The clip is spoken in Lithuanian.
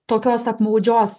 tokios apmaudžios